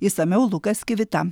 išsamiau lukas kivita